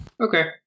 Okay